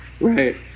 Right